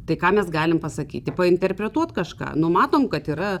tai ką mes galim pasakyti interpretuot kažką nu matom kad yra